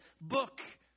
book